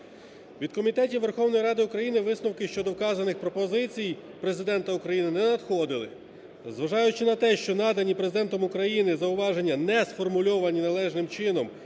Від комітетів Верховної Ради України висновки щодо вказаних пропозицій Президента України не надходили. Зважаючи на те, що надані президентом України зауваження не сформульовані належним чином,